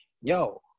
yo